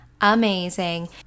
amazing